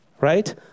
Right